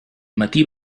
matí